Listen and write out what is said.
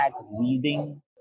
reading